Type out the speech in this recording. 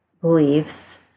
beliefs